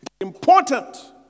important